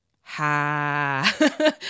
ha